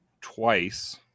twice